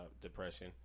depression